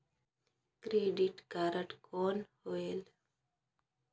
Credit card कौन होएल?